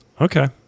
okay